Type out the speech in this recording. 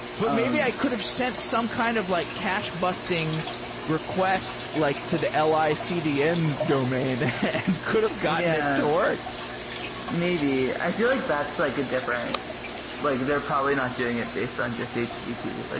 but maybe i could have sent some kind of like cache-busting request like to the ah licdn domain and could have gotten it to work maybe. i feel like that's like a different like they're probably not doing it based on just http. like